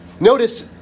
Notice